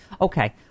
Okay